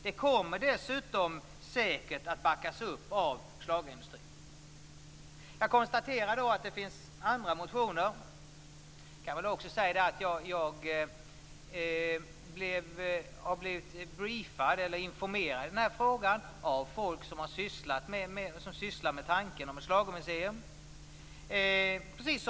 Det kommer dessutom säkert att backas upp av schlagerindustrin. Jag konstaterar att det finns flera motioner. Jag har, precis som övriga riksdagsmän från Skara, blivit informerad i frågan av folk som sysslar med tanken på ett schlagermuseum.